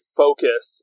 focus